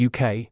UK